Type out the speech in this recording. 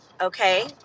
okay